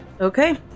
Okay